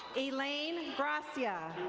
elaine gracia.